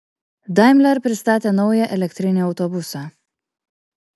daimler pristatė naują elektrinį autobusą